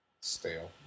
Stale